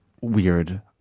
weird